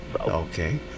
Okay